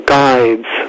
guides